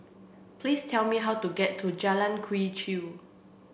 please tell me how to get to Jalan Quee Chew